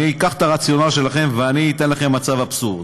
אני אקח את הרציונל שלכם ואני אתן לכם מצב אבסורד: